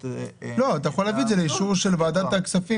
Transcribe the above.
-- אתה יכול להביא את זה לאישור ועדת הכספים,